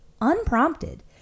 unprompted